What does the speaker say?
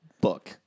book